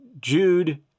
Jude